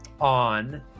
on